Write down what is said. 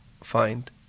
find